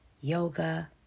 yoga